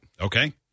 Okay